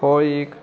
हो एक